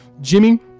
Jimmy